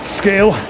scale